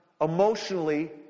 emotionally